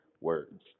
words